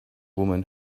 women